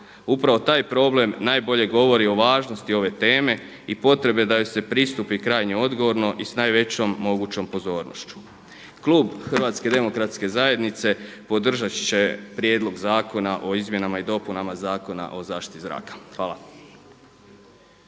Upravo taj problem najbolje govori o važnosti ove teme i potrebi da joj se pristupi krajnje odgovorno i s najvećom mogućom pozornošću. Klub Hrvatske demokratske zajednice podržat će Prijedlog zakona o izmjenama i dopunama Zakona o zaštiti zraka. Hvala.